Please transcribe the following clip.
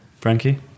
Frankie